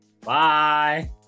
bye